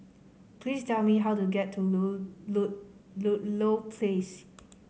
please tell me how to get to Ludlow Place